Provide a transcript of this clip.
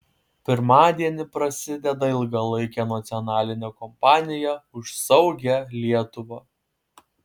pirmadienį prasideda ilgalaikė nacionalinė kampanija už saugią lietuvą